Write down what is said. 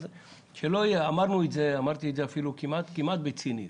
אמרתי את זה כמעט בציניות.